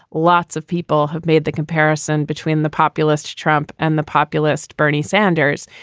lots of people have made the comparison between the populist trump and the populist bernie sanders.